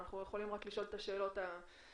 אנחנו יכולים רק לשאול את השאלות הנכונות.